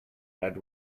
and